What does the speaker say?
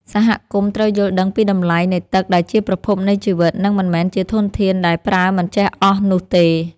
សហគមន៍ត្រូវយល់ដឹងពីតម្លៃនៃទឹកដែលជាប្រភពនៃជីវិត និងមិនមែនជាធនធានដែលប្រើមិនចេះអស់នោះទេ។